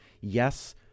Yes